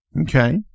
Okay